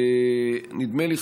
נדמה לי,